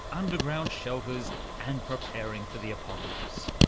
underground shelters and preparing for the apocalypse,